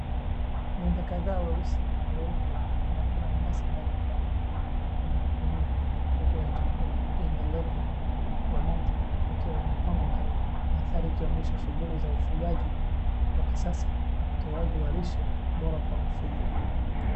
Ng'ombe kadhaa weusi na weupe wanakula nyasi ndani ya banda, huku magunia makubwa ya chakula yenye mbegu ya mti yakiwa yamepangwa karibu, mandhari yakionyesha shughuli za ufugaji wa kisasa na utoaji wa lishe bora kwa mifugo.